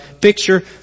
Picture